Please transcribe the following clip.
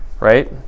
right